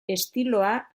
estiloa